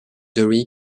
during